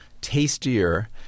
tastier